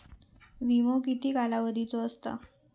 विमो किती कालावधीचो असता?